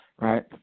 right